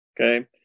okay